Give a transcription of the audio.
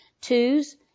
twos